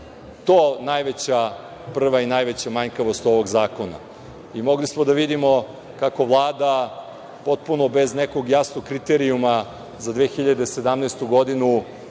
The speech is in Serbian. da je to prva i najveća manjkavost ovog zakona. Mogli smo da vidimo kako Vlada potpuno, bez nekog jasnog kriterijuma za 2017. godinu